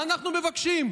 מה אנחנו מבקשים?